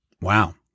Wow